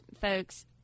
folks